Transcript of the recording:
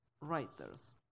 writers